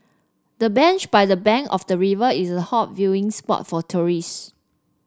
the bench by the bank of the river is a hot viewing spot for tourists